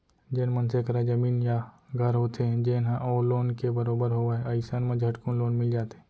जेन मनसे करा जमीन या घर होथे जेन ह ओ लोन के बरोबर होवय अइसन म झटकुन लोन मिल जाथे